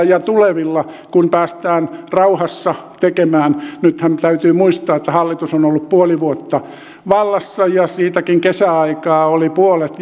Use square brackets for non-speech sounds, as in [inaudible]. [unintelligible] ja tulevilla kun päästään rauhassa tekemään nythän täytyy muistaa että hallitus on ollut puoli vuotta vallassa ja siitäkin kesäaikaa oli puolet [unintelligible]